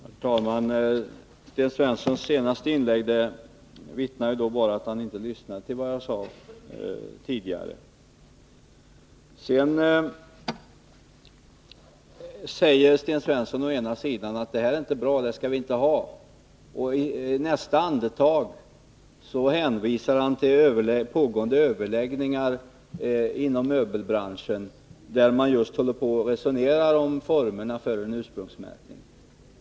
Herr talman! Sten Svenssons senaste inlägg vittnar om att han inte lyssnade till vad jag sade tidigare. Sten Svensson säger att ursprungsmärkning inte är bra och att vi inte skall ha det, men i nästa andetag hänvisar han till pågående överläggningar inom möbelbranschen, där man just resonerar om formerna för en ursprungsmärkning.